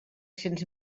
cents